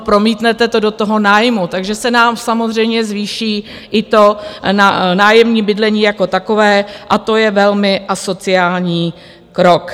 Promítnete to do toho nájmu, takže se nám samozřejmě zvýší i to nájemní bydlení jako takové, a to je velmi asociální krok.